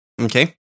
Okay